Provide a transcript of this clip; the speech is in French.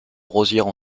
rosières